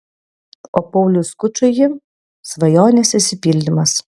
o pauliui skučui ji svajonės išsipildymas